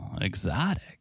exotic